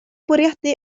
bwriadu